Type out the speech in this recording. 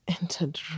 entered